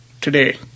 today